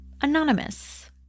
Anonymous